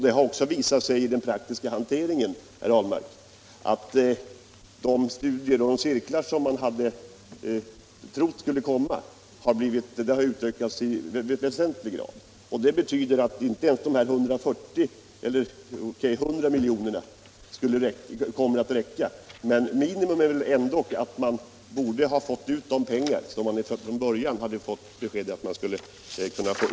Det har också, herr Ahlmark, i den praktiska hanteringen visat sig att antalet studiecirklar har ökat i väsentlig grad. Det betyder att inte ens 100 milj.kr. kommer att räcka. Minimikravet är att organisationerna borde få ut de pengar som de från början fått besked om att de skulle kunna få.